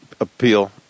appeal